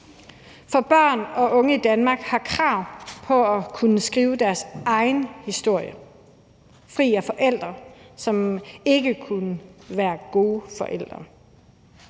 For børn og unge i Danmark har krav på at kunne skrive deres egen historie, fri af forældre, som ikke kunne være gode forældre.